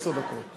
עשר דקות.